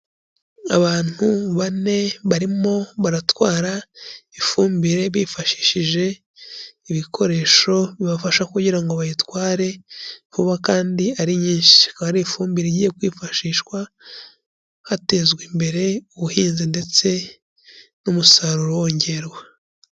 Abantu bane barimo baratwara ifumbire bifashishije ibikoresho bibafasha kugira ngo bayitware vuba kandi ari nyinshi, akaba ari ifumbire igiye kwifashishwa hatezwa imbere ubuhinzi ndetse n'umusaruro wongerwa.